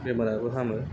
बेमाराबो हामो